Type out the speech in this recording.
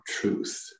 truth